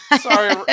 Sorry